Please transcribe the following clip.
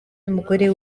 n’umugore